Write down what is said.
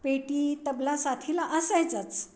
पेटी तबला साथीला असायचाच